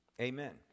Amen